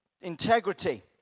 integrity